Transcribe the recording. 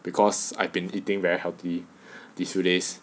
because I've been eating very healthy these few days